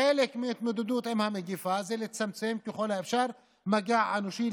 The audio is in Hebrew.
חלק מההתמודדות עם המגפה זה לצמצם ככל שאפשר מגע אנושי,